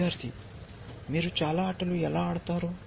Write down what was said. విద్యార్థి మీరు చాలా ఆటలు ఎలా ఆడతారు